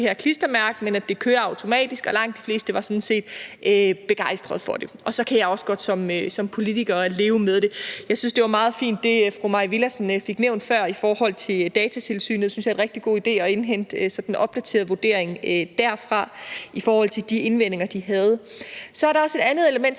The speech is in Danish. her klistermærke, men at det kører automatisk. Langt de fleste var sådan set begejstrede for det, og så kan jeg også godt som politiker leve med det. Jeg synes, at det, fru Mai Villadsen fik nævnt før i forhold til Datatilsynet, var meget fint. Jeg synes, det er en rigtig god idé at indhente sådan en opdateret vurdering derfra i forhold til de indvendinger, de havde. Så er der også et andet element, som